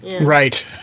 Right